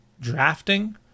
drafting